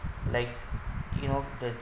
like you know the